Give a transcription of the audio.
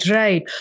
right